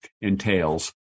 entails